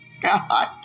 God